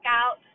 out